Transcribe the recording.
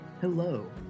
Hello